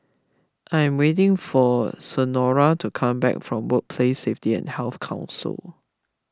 I am waiting for Senora to come back from Workplace Safety and Health Council